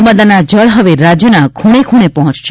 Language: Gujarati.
નર્મદાના જળ હવે રાજ્યના ખૂણે ખૂણે પહોંચશે